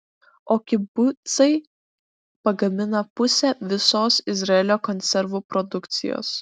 o kibucai pagamina pusę visos izraelio konservų produkcijos